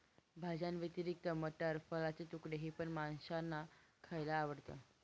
भाज्यांव्यतिरिक्त मटार, फळाचे तुकडे हे पण माशांना खायला आवडतं